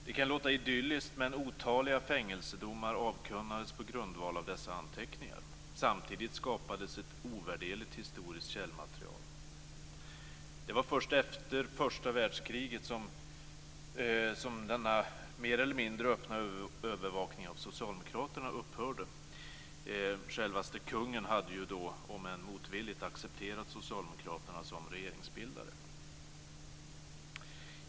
Det kan låta idylliskt, men otaliga fängelsedomar avkunnades på grundval av dessa anteckningar. Samtidigt skapades ett ovärderligt historiskt källmaterial. Det var först efter första världskriget som denna mer eller mindre öppna övervakning av socialdemokraterna upphörde. Självaste kungen hade ju då, om än motvilligt, accepterat socialdemokraterna som regeringsbildare.